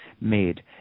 made